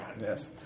Yes